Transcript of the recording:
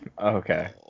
okay